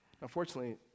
Unfortunately